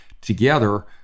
together